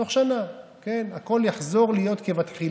תוך שנה, כן, הכול יחזור להיות כבתחילה: